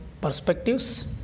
perspectives